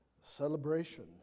celebration